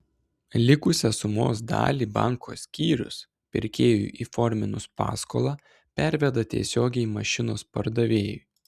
likusią sumos dalį banko skyrius pirkėjui įforminus paskolą perveda tiesiogiai mašinos pardavėjui